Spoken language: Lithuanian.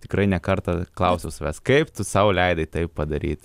tikrai ne kartą klausiau savęs kaip tu sau leidai taip padaryt